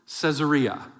Caesarea